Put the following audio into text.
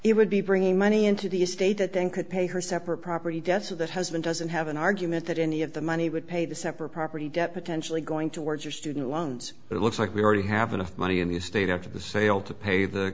it would be bringing money into the estate that then could pay her separate property desa that husband doesn't have an argument that any of the money would pay the separate property debt potentially going towards her student loans it looks like we already have enough money in the estate after the sale to pay the